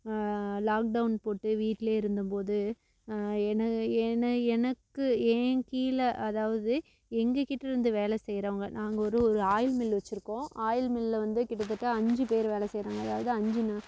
lock down போட்டு வீட்டிலே இருந்த போது என என எனக்கு என் கீழே அதாவது எங்கள் கிட்டேருந்து வேலை செய்கிறவங்க நாங்கள் ஒரு ஒரு ஆயில் மில்லு வச்சுருக்கோம் ஆயில் மில்லில் வந்து கிட்டத்தட்ட அஞ்சு பேர் வேலை செய்கிறாங்க அதாவது அஞ்சு ந